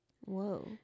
Whoa